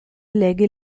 leghe